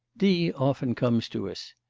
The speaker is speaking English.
d. often comes to us.